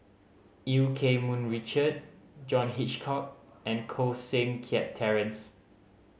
Eu Keng Mun Richard John Hitchcock and Koh Seng Kiat Terence